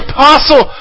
Apostle